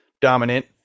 dominant